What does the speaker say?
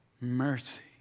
mercy